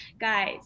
guys